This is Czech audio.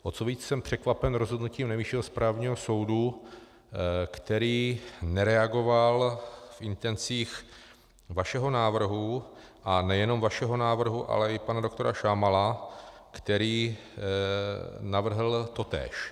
O to víc jsem překvapen rozhodnutím Nejvyššího správního soudu, který nereagoval v intencích vašeho návrhu, a nejenom vašeho návrhu, ale i pana doktora Šámala, který navrhl totéž.